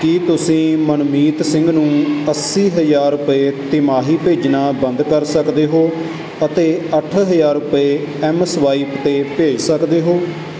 ਕੀ ਤੁਸੀਂ ਮਨਮੀਤ ਸਿੰਘ ਨੂੰ ਅੱਸੀ ਹਜ਼ਾਰ ਰੁਪਏ ਤਿਮਾਹੀ ਭੇਜਣਾ ਬੰਦ ਕਰ ਸਕਦੇ ਹੋ ਅਤੇ ਅੱਠ ਹਜ਼ਾਰ ਰੁਪਏ ਐੱਮ ਸਵਾਇਪ 'ਤੇ ਭੇਜ ਸਕਦੇ ਹੋ